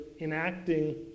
enacting